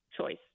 choice